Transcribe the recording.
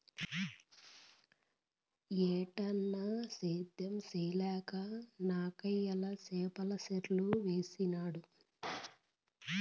ఏటన్నా, సేద్యం చేయలేక నాకయ్యల చేపల చెర్లు వేసినాడ